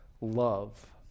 Love